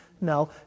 No